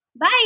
Bye